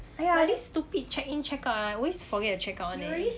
!aiya! this stupid check in check out ah I always forget to check out [one] leh